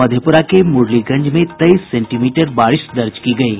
मधेप्रा के मुरलीगंज में तेईस सेंटीमीटर बारिश दर्ज की गयी